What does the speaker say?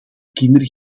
kinderen